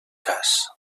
cas